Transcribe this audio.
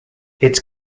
its